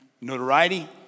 notoriety